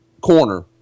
corner